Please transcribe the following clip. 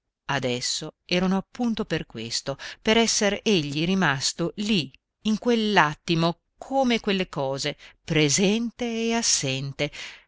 adesso erano appunto per questo per esser egli rimasto lì in quell'attimo come quelle cose presente e assente